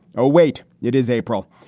oh, wait, it is april.